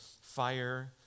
fire